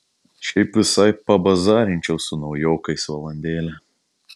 šiaip visai pabazarinčiau su naujokais valandėlę